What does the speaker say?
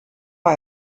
war